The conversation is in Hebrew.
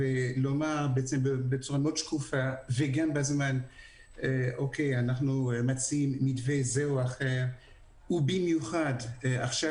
במיוחד עכשיו,